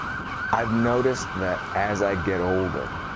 i've noticed that as i get older,